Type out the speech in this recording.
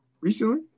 recently